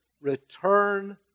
Return